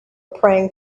praying